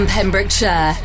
Pembrokeshire